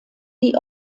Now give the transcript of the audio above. die